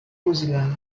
ursula